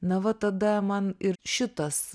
na va tada man ir šitas